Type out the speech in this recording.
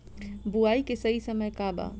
बुआई के सही समय का वा?